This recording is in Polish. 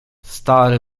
stary